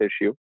issue